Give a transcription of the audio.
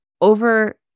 over